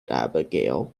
abigail